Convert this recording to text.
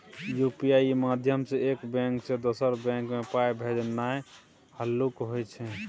UPI माध्यमसँ एक bank सँ दोसर बैंक मे पाइ भेजनाइ हल्लुक होइ छै